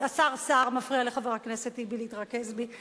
השר סער מפריע לחבר הכנסת טיבי להתרכז בי.